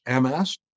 MS